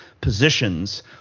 positions